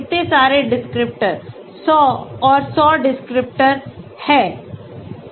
इतने सारे डिस्क्रिप्टर 100 और 100 डिस्क्रिप्टर हैं